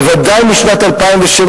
ודאי משנת 2007,